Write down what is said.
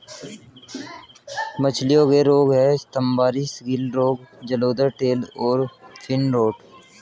मछलियों के रोग हैं स्तम्भारिस, गिल रोग, जलोदर, टेल और फिन रॉट